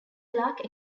clark